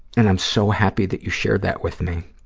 and i'm so happy that you shared that with me.